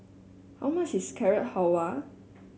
how much is Carrot Halwa